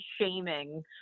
shaming